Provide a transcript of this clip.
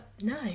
no